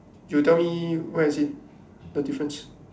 you tell me where is it the difference